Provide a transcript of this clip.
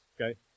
okay